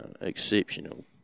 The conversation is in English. Exceptional